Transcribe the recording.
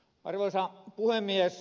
arvoisa puhemies